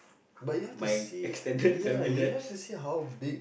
but you have to see ya you have to see how big